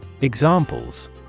Examples